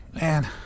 man